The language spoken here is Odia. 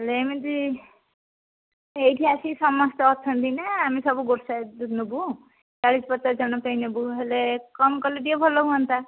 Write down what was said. ହେଲେ ଏମିତି ଏଇଠି ଆସିକି ସମସ୍ତେ ଅଛନ୍ତି ନା ଆମେ ସବୁ ଗୋଟାଏ ନେବୁ ଚାଳିଶ ପଚାଶ ଜଣ ପାଇଁ ନେବୁ ହେଲେ କମ୍ କଲେ ଟିକିଏ ଭଲ ହୁଅନ୍ତା